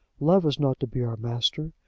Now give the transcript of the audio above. love is not to be our master.